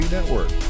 Network